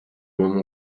room